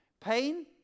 Pain